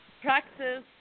Practice